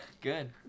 Good